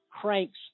cranks